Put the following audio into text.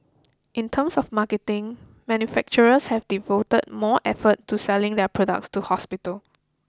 in terms of marketing manufacturers have devoted more effort to selling their products to hospitals